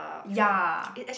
ya